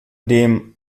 dem